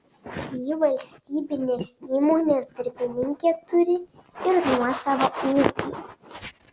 ji valstybinės įmonės darbininkė turi ir nuosavą ūkį